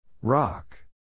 Rock